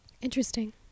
Interesting